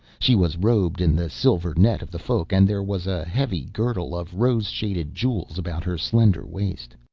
she was robed in the silver net of the folk and there was a heavy girdle of rose-shaded jewels about her slender waist.